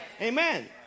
Amen